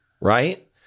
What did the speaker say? right